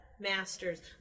masters